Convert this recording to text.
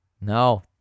No